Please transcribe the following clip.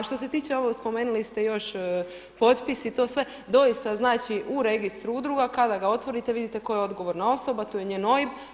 A što se tiče ovo, spomenuli ste još potpis i to sve, doista znači u registru udruga kada ga otvorite vidite tko je odgovorna osoba, tu je njen OIB.